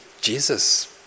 Jesus